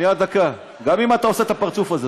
גם אם אתה עושה את הפרצוף הזה,